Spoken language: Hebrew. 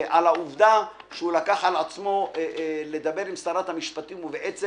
על העובדה שהוא לקח על עצמו לדבר עם שרת המשפטים ובעצם